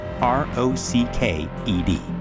R-O-C-K-E-D